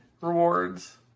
rewards